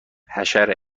حشره